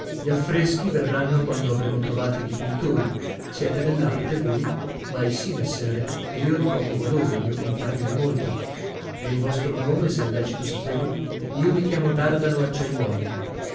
gli affreschi verranno quando avremo trovati i dipintori siete dell'arte voi maisì messere io di poco valore il mio compagno di molto e il vostro nome se è lecito saperlo io mi chiamo dardano acciaiuoli